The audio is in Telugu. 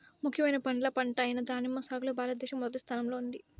ముఖ్యమైన పండ్ల పంట అయిన దానిమ్మ సాగులో భారతదేశం మొదటి స్థానంలో ఉంది